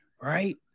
Right